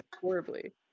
Horribly